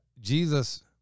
Jesus